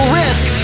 risk